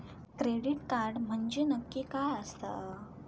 Credit card म्हंजे नक्की काय आसा?